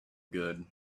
good